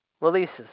releases